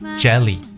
jelly